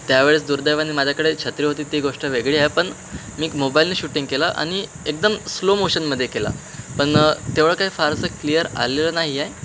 त्यावेळेस दुर्दैवाने माझ्याकडे छत्री होती ती गोष्ट वेगळी आहे पण मी मोबाईलने शूटिंग केला आणि एकदम स्लो मोशनमध्ये केला पण तेवढं काही फारसं क्लिअर आलेलं नाही आहे